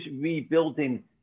rebuilding